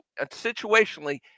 situationally